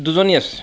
দুজনী আছে